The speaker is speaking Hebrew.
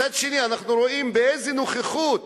מצד שני, אנחנו רואים באיזה נוכחות